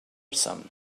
some